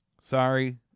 Sorry